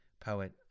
Poet